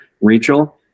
Rachel